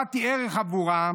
שהשבת היא ערך עבורם?